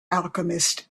alchemist